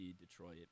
Detroit